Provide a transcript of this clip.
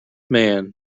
man